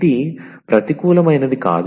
ఇది ప్రతికూలమైనది కాదు